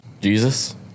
Jesus